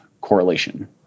correlation